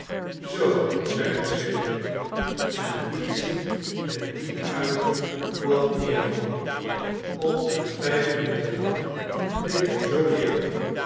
zoo i zeide swiveller en liet zich met dien uitroep plat neervallen omtrent vijf minuten lang bleef hij zoo liggen